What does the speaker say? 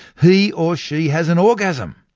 he or she has an orgasm.